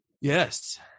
Yes